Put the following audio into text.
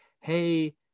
Hey